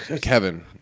Kevin